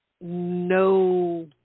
no